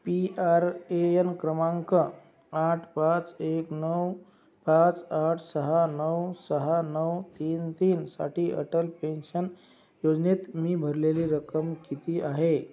P R A N क्रमांक आठ पाच एक नऊ पाच आठ सहा नऊ सहा नऊ तीन तीनसाठी अटल पेन्शन योजनेत मी भरलेली रक्कम किती आहे